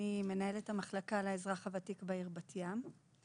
אני מנהלת המחלקה לאזרח הוותיק בעיר בת ים.